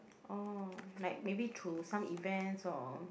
oh like maybe through some events or